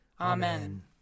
Amen